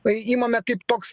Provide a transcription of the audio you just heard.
imame kaip toks